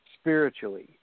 spiritually